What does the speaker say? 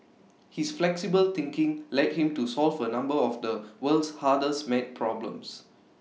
his flexible thinking led him to solve A number of the world's hardest maths problems